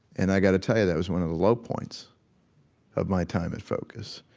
and i got to tell you, that was one of the low points of my time at focus.